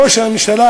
ראש הממשלה